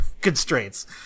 constraints